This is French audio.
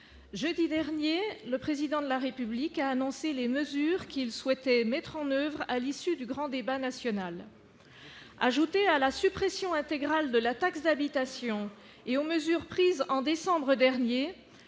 jeudi dernier, le président de la République a annoncé les mesures qu'il souhaitait mettre en oeuvre, à l'issue du grand débat national ajouté à la suppression intégrale de la taxe d'habitation et aux mesures prises en décembre dernier